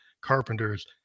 carpenters